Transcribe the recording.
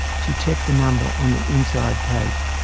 she checked the number on the inside page.